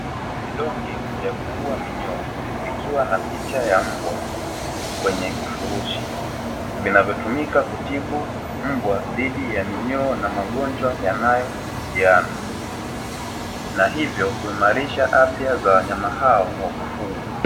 Vidonge vya kuua minyoo vikiwa na picha ya mbwa kwenye kifurushi vinavyotumika kutibu mbwa dhidi ya minyoo na magonjwa yanayohusiana, na hivyo kuimarisha afya za wanyama hao wa kufugwa.